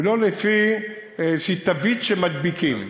ולא לפי תווית שמדביקים.